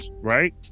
right